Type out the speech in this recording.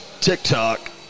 TikTok